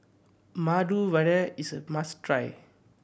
Medu Vada is a must try